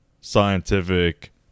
scientific